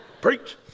preach